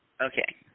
Okay